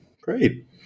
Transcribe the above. Great